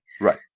Right